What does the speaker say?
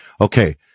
Okay